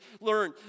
learn